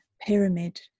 pyramid